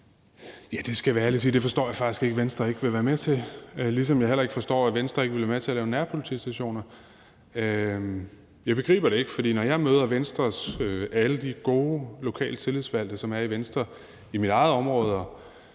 Jeg skal ærligt sige, at jeg faktisk ikke forstår, at Venstre ikke vil være med til det, ligesom jeg heller ikke forstår, at Venstre ikke ville være med til at lave nærpolitistationer. Jeg begriber det ikke, for når jeg møder Venstre – alle de gode lokale tillidsvalgte, som er i Venstre, i mit eget område og